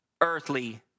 earthly